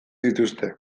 dituzte